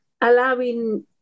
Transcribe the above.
allowing